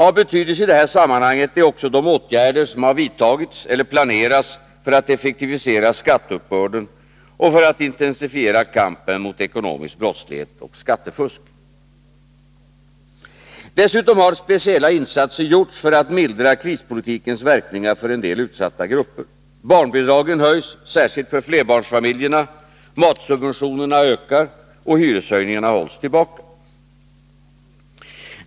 Av betydelse i det här sammanhanget är också de åtgärder som vidtagits eller planeras för att effektivisera skatteuppbörden och för att intensifiera kampen mot ekonomisk brottslighet och skatteflykt. Dessutom har speciella insatser gjorts för att mildra krispolitikens verkningar för en del utsatta grupper. Barnbidragen höjs, särskilt för flerbarnsfamiljerna, matsubventionerna ökar och hyreshöjningarna hålls tillbaka.